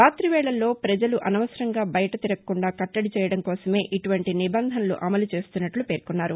రాతివేళల్లో ప్రపజలు అనవసరంగా బయట తిరగకుండా కట్లడి చేయడం కోసమే ఇటువంటి నిబంధనలు అమలు చేస్తున్నట్ల పేర్కొన్నారు